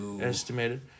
Estimated